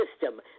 system